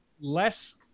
less